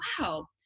wow